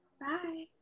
Bye